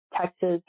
Texas